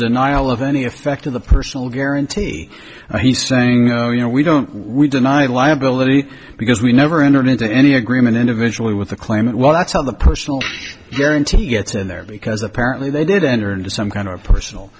denial of any effect of the personal guarantee he's saying you know we don't we deny liability because we never entered into any agreement individually with the claimant well that's how the personal guarantee gets in there because apparently they did enter into some kind of personal